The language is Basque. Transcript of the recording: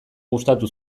gustatu